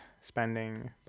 spending